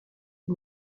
qui